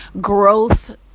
growth